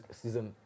season